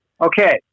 Okay